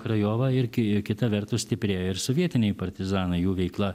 krajova ir ki kita vertus stiprėjo ir sovietiniai partizanai jų veikla